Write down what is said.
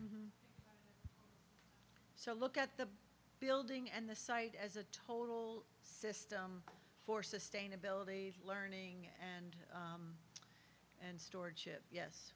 so look at the building and the site as a total system for sustainability learning and and storage ship yes